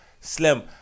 Slim